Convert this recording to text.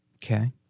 Okay